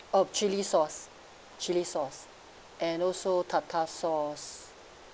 oh chili sauce chili sauce and also tartar sauce